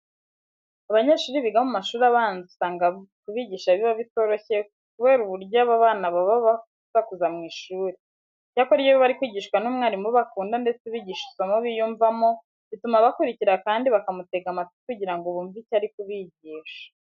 Abanyeshuri biga mu mashuri abanza usanga kubigisha biba bitoroshye kubera uburyo aba bana baba basakuza mu ishuri. Icyakora iyo bari kwigishwa n'umwarimu bakunda ndetse ubigisha isomo biyumvamo, bituma bakurikira kandi bakamutega amatwi kugira ngo bumve ibyo ari kubigisha.